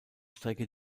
strecke